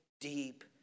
deep